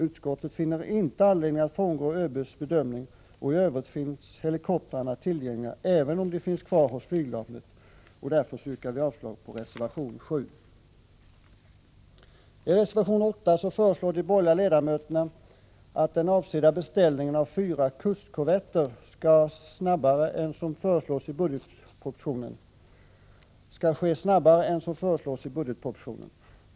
Utskottet finner inte anledning att frångå ÖB:s bedömning, och för övrigt finns helikoptrarna tillgängliga även om de finns kvar hos flygvapnet. Därför yrkar vi avslag på reservation 7. beställningen av fyra kustkorvetter skall ske snabbare än som föreslås i budgetpropositionen.